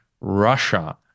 Russia